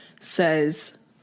says